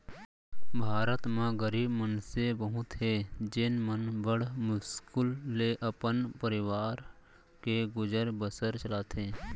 भारत म गरीब मनसे बहुत हें जेन मन बड़ मुस्कुल ले अपन परवार के गुजर बसर चलाथें